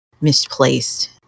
misplaced